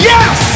Yes